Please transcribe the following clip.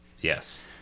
Yes